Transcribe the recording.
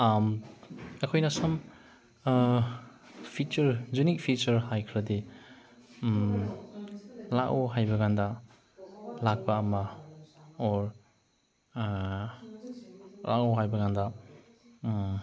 ꯑꯩꯈꯣꯏꯅ some feature unique feature ꯍꯥꯏꯈ꯭ꯔꯗꯤ ꯂꯥꯛꯑꯣ ꯍꯥꯏꯕꯀꯥꯟꯗ ꯂꯥꯛꯄ ꯑꯃ ꯑꯣꯔ ꯂꯥꯛꯎ ꯍꯥꯏꯕꯀꯥꯟꯗ